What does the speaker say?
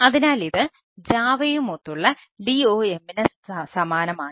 അതിനാൽ ഇത് JAVAയുമൊത്തുള്ള DOM ന് സമാനമാണ്